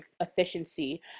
efficiency